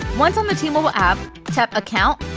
once on the t-mobile app, tap account,